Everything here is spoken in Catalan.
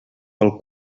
pel